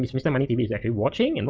mr money tv is actually watching, and